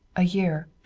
a year!